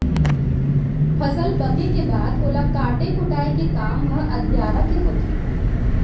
फसल पके के बाद ओला काटे कुटाय के काम ह अधियारा के होथे